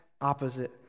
opposite